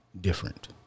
Different